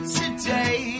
today